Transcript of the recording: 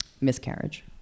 miscarriage